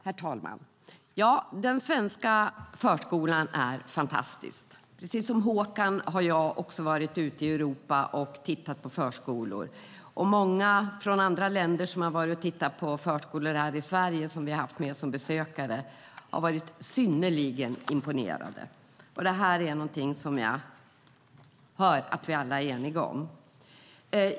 Herr talman! Den svenska förskolan är fantastisk. Precis som Håkan har jag varit ute i Europa och tittat på förskolor. Många från andra länder, som vi har haft som besökare, som har varit och tittat på förskolor här i Sverige har varit synnerligen imponerade. Det här är någonting som jag hör att vi alla är eniga om.